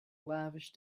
lavish